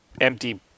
empty